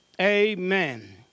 Amen